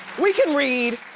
we can read.